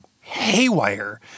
haywire